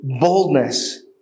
boldness